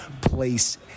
place